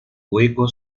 hueco